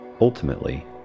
Ultimately